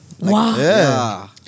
Wow